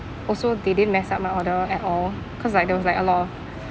also they didn't mess up my order at all because like there was like a lot of